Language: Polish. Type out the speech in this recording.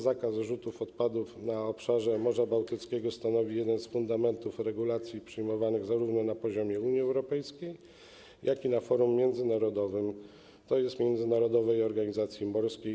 Zakaz zrzutów odpadów na obszarze Morza Bałtyckiego stanowi jeden z fundamentów regulacji przyjmowanych zarówno na poziomie Unii Europejskiej, jak i na forum międzynarodowym, tj. Międzynarodowej Organizacji Morskiej, IMO.